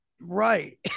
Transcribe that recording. Right